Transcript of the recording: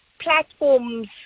platforms